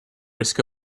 risk